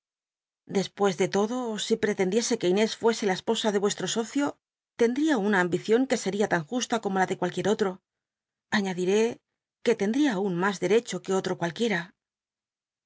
wickfield dcspucs de lodo si pretendiese que inés fuese la esposa de ueslro socio tendría una ambician que sel'ia tan justa como la de cualquiera otro aí'iadiré que lenckia aun mas derecho que otro cualquiera